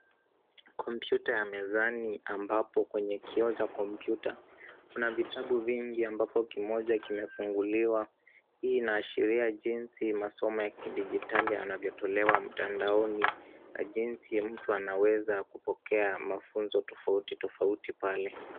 Kompyuta ya mezani ambapo kwenye kioo cha kompyuta, kuna vitabu vingi ambapo kimoja kimefunguliwa . Hii inaashiria jinsi masomo ya kidijitali yanavyotolewa mtandaoni na jinsi mtu anaweza kupokea mafunzo tofauti tofauti pale.